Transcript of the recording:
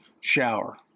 shower